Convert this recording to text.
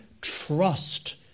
trust